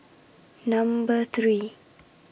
Number three